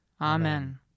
Amen